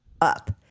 up